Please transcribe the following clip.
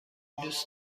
دوست